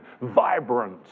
vibrant